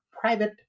private